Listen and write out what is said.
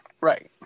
Right